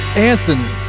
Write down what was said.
Anthony